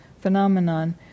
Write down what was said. phenomenon